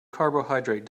carbohydrate